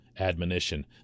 Admonition